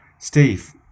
Steve